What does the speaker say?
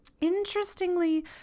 Interestingly